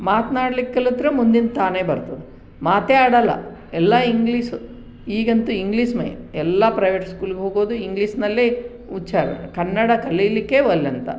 ಮಾತ್ನಾಡ್ಲಿಕ್ಕೆ ಕಲಿತರೆ ಮುಂದಿನ ತಾನೇ ಬರ್ತದೆ ಮಾತೇ ಆಡಲ್ಲ ಎಲ್ಲ ಇಂಗ್ಲಿಸು ಈಗಂತು ಇಂಗ್ಲಿಸ್ ಮಯ ಎಲ್ಲ ಪ್ರೈವೇಟ್ ಸ್ಕೂಲಿಗೆ ಹೋಗೋದು ಇಂಗ್ಲಿಸ್ನಲ್ಲೆ ಉಚ್ಛಾರಣೆ ಕನ್ನಡ ಕಲೀಲಿಕ್ಕೆ ವಲ್ಲೆ ಅಂತಾರೆ